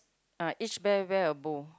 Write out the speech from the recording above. each bear wear a bow